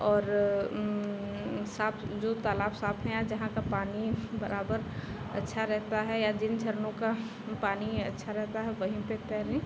और साफ़ जो तालाब का साफ़ है जहाँ का पानी बराबर अच्छा रहता है या जिन झरनों का वह पानी अच्छा रहता है वहीं पर तैरें